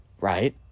right